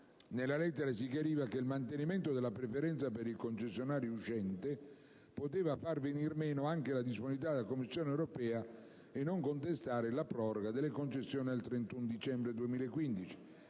Nella lettera si chiariva che il mantenimento della preferenza per il concessionario uscente poteva far venir meno anche la disponibilità della Commissione europea a non contestare la proroga delle concessioni al 31 dicembre 2015,